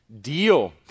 deal